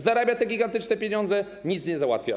Zarabia gigantyczne pieniądze, nic nie załatwia.